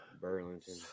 Burlington